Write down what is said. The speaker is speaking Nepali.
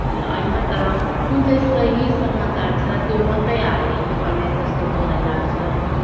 ला होइन तर कुन चाहिँ सही समाचार छ त्यो मात्रै हालिदिनुपर्ने जस्तो मलाई लाग्छ